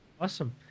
Awesome